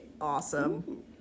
awesome